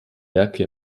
werke